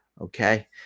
Okay